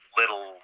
little